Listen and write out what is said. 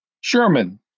Sherman